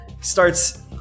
starts